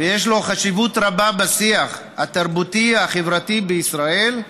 ויש לו חשיבות רבה בשיח התרבותי והחברתי בישראל,